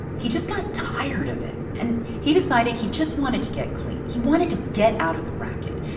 he just got tired of it. and he decided he just wanted to get clean. he wanted to get out of the racket.